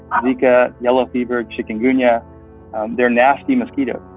um and yellow fever, chikungunya they're nasty mosquitoes.